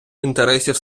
інтересів